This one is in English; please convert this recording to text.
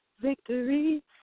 victory